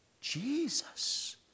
Jesus